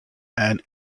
and